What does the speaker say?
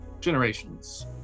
generations